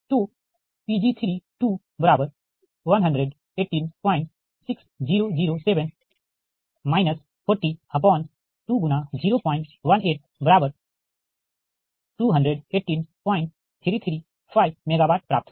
तो Pg31186007 402×018218335 MWप्राप्त होगी